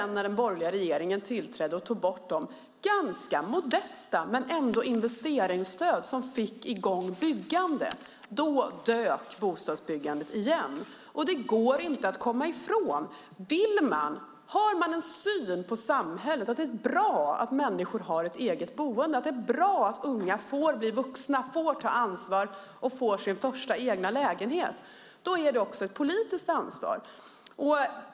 När den borgerliga regeringen tillträdde och tog bort de ganska modesta, men ändå investeringsstöd som fick i gång byggandet dök bostadsbyggandet igen. Det går inte att komma ifrån att om man har den synen på samhället att det är bra att människor har ett eget boende och att unga får bli vuxna och ta ansvar och få sin första egna lägenhet är det också ett politiskt ansvar.